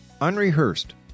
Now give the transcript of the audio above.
unrehearsed